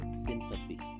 sympathy